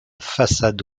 façade